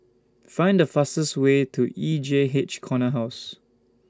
Find The fastest Way to E J H Corner House